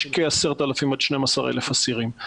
יש כ-10,000 עד 12,000 אסירים.